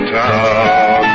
town